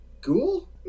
ghoul